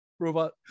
Robot